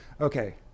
Okay